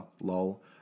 lol